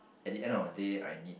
at the end of the day I need